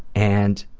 and